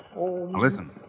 Listen